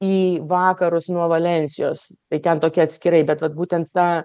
į vakarus nuo valensijos tai ten tokie atskirai bet vat būtent ta